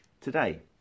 today